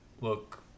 look